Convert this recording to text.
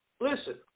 listen